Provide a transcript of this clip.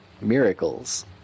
miracles